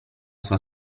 sua